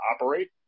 operate